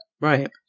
Right